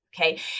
Okay